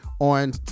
on